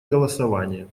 голосование